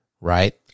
Right